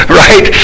right